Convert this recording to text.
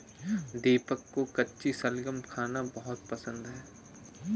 दीपक को कच्ची शलजम खाना बहुत पसंद है